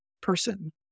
person